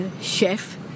chef